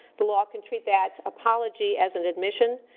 the law can treat that apology as an admission.